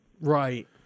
right